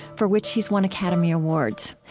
for which he's won academy awards.